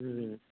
ꯎꯝ